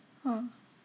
hmm